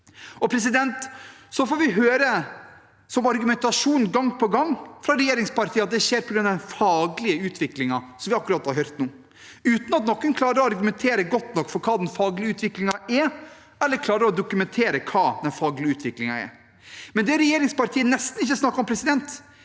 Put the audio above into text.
Gang på gang får vi høre som argumentasjon fra regjeringspartiene at det skjer på grunn av den faglige utviklingen, som vi akkurat har hørt om, uten at noen klarer å argumentere godt nok for hva den faglige utviklingen er, eller klarer å dokumentere hva den faglige utviklingen er. Det regjeringspartiene nesten ikke har snakket om, er